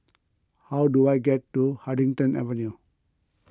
how do I get to Huddington Avenue